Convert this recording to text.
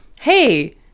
hey